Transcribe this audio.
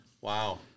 Wow